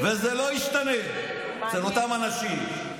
וזה לא ישתנה אצל אותם אנשים.